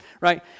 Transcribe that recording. right